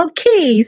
Okay